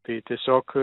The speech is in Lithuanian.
tai tiesiog